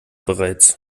bereits